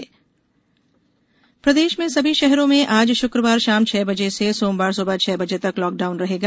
corona कफ़र्यू प्रदेश में सभी शहरों में आज शुक्रवार शाम छह बजे से सोमवार सुबह छह बजे तक लॉकडाउन रहेगा